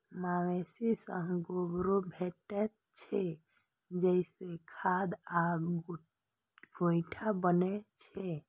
मवेशी सं गोबरो भेटै छै, जइसे खाद आ गोइठा बनै छै